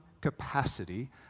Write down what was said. capacity